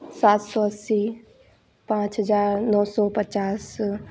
सात सौ अस्सी पाँच हज़ार नौ सौ पचास